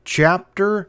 chapter